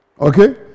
Okay